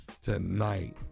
tonight